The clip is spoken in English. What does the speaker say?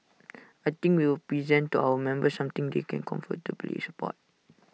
I think we will present to our members something they can comfortably support